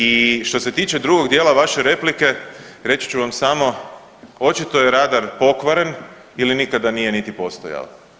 I što se tiče drugog dijela vaše replike reći ću vam samo očito je radar pokvaren ili nikada nije niti postojao.